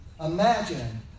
Imagine